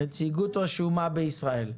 נציגות רשומה בישראל.